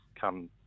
come